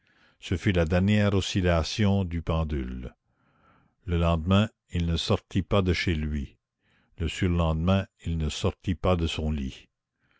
ce fut la dernière oscillation du pendule le lendemain il ne sortit pas de chez lui le surlendemain il ne sortit pas de son lit